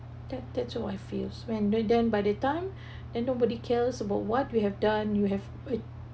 that that's how I feels when we're done by the time then nobody cares about what we have done you have it